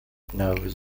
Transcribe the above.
knows